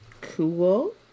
cool